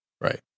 Right